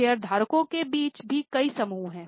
शेयरधारकों के बीच भी कई समूह हैं